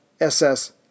SS